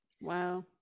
Wow